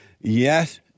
yes